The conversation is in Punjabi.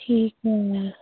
ਠੀਕ ਹੈ